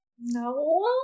No